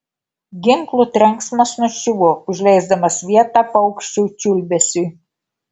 ginklų trenksmas nuščiuvo užleisdamas vietą paukščių čiulbesiui